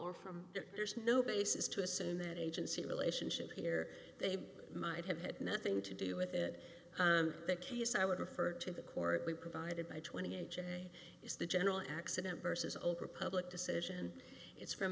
from there's no basis to assume that agency relationship here they might have had nothing to do with it that case i would refer to the court we provided by twenty a j is the general accident versus old republic decision it's from